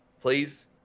please